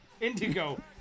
Indigo